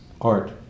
art